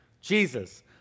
Jesus